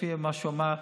לפי מה שהוא אמר.